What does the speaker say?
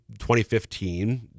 2015